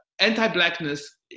anti-blackness